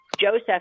Joseph